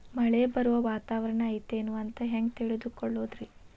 ಮಳೆ ಬರುವ ವಾತಾವರಣ ಐತೇನು ಅಂತ ಹೆಂಗ್ ತಿಳುಕೊಳ್ಳೋದು ರಿ?